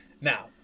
Now